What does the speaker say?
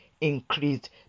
increased